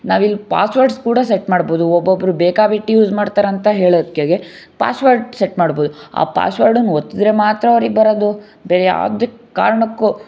ನಾವಿಲ್ಲಿ ಪಾಸ್ವರ್ಡ್ಸ್ ಕೂಡ ಸೆಟ್ ಮಾಡ್ಬೋದು ಒಬ್ಬೊಬ್ಬರು ಬೇಕಾ ಬಿಟ್ಟಿ ಯೂಸ್ ಮಾಡ್ತಾರಂತ ಹೇಳೋದ್ಕೆಗೆ ಪಾಸ್ವರ್ಡ್ ಸೆಟ್ ಮಾಡ್ಬೋದು ಆ ಪಾಸ್ವರ್ಡನ್ನ ಒತ್ತಿದರೆ ಮಾತ್ರ ಅವ್ರಿಗೆ ಬರೋದು ಬೇರೆ ಯಾವ್ದಕ್ಕೆ ಕಾರಣಕ್ಕೂ